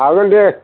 हागोन दे